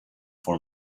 for